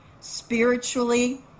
spiritually